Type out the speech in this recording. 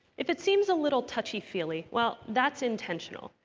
if it seems a little touchy-feely, well, that's intentional.